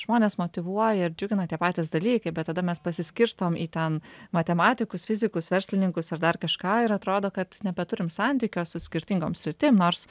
žmones motyvuoja ir džiugina tie patys dalykai bet tada mes pasiskirstom į ten matematikus fizikus verslininkus ir dar kažką ir atrodo kad nebeturim santykio su skirtingom sritim nors